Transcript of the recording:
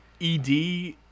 ED